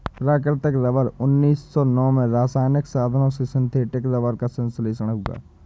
प्राकृतिक रबर उन्नीस सौ नौ में रासायनिक साधनों से सिंथेटिक रबर का संश्लेषण हुआ